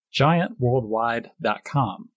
GiantWorldwide.com